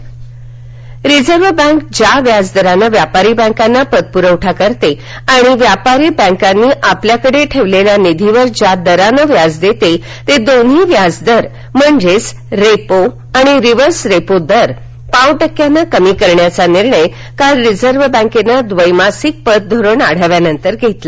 repo Reserve bank ज्या व्याजदरानं व्यापारी बँकांना पतपुरवठा करते आणि व्यापारी बँकांनी आपल्याकडे ठेवलेल्या निधीवर ज्या दरानं व्याज देते ते दोन्ही व्याज दर म्हणजेच रेपो आणि रिव्हर्स रेपो दर पाव टक्क्यानं कमी कण्याचा निर्णय काल रिझर्व बँकेनं द्वैमासिक पतधोरण आढाव्यानंतर घेतला